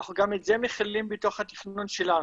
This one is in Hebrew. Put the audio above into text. אנחנו גם את זה מכילים בתוך התכנון שלנו,